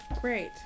Great